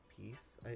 piece